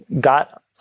got